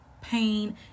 pain